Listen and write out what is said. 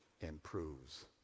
improves